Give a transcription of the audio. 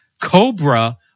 Cobra